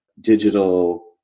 digital